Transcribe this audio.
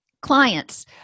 clients